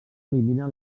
elimina